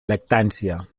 lactància